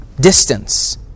distance